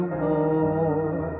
more